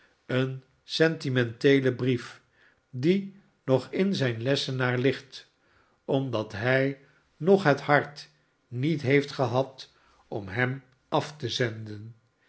een sentimenteelen brief die nog in zijn lessenaar ligt omdat hij nog het hart niet heeft gehad om hem af te zenden